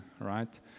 right